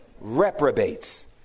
reprobates